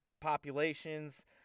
populations